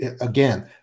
again